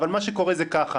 אבל מה שקורה זה ככה: